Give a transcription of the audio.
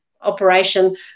operation